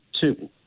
two